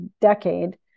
decade